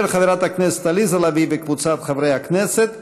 של חברת הכנסת עליזה לביא וקבוצת חברי הכנסת.